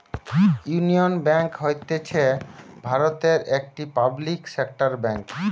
union bank হতিছে ভারতের একটি পাবলিক সেক্টর বেঙ্ক